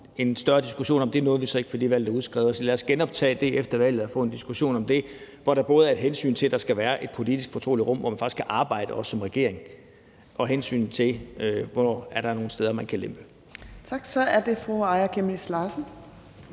en større diskussion om. Det nåede vi så ikke, fordi valget blev udskrevet. Så lad os genoptage det efter valget og få en diskussion om det, hvor der både er et hensyn til, at der skal være et politisk fortroligt rum, hvor man faktisk også kan arbejde som regering, og et blik for, hvor der er nogle steder, man kan lempe. Kl. 15:08 Anden næstformand (Trine